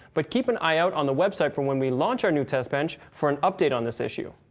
but keep an eye out on the website for when we launch our new test bench for an update on this issue.